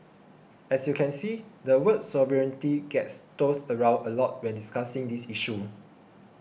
as you can see the word sovereignty gets tossed around a lot when discussing this issue